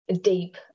deep